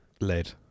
Lead